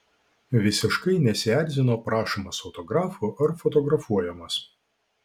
visiškai nesierzino prašomas autografų ar fotografuojamas